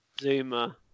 Zuma